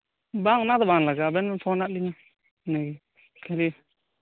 ᱵᱟᱝ ᱚᱱᱟᱫᱚ ᱵᱟᱝ ᱞᱟᱜᱟᱜᱼᱟ ᱟᱵᱮᱱ ᱫᱚ ᱯᱷᱳᱱ ᱟᱫ ᱞᱤᱧᱟ ᱠᱷᱟᱹᱞᱤ